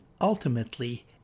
ultimately